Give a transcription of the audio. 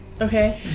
Okay